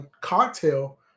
cocktail